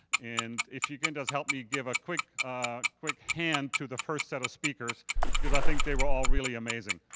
and if you can just help me give a quick quick hand to the first set of speakers because i think they were all really amazing.